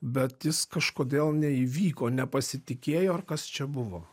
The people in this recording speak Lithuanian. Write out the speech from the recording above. bet jis kažkodėl neįvyko nepasitikėjo ar kas čia buvo